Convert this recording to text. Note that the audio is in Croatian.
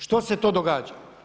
Što se to događa?